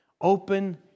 Open